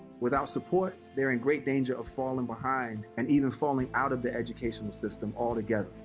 without support, they're in great danger of falling behind, and even falling out of the education system all together.